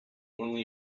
only